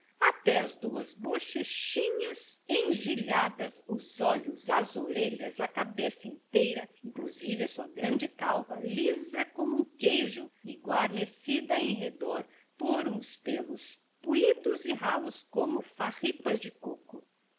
até as duas bochechinhas engelhadas os olhos as orelhas a cabeça inteira inclusive a sua grande calva lisa como um queijo e guarnecida em redor por uns pêlos puídos e ralos como farripas de coco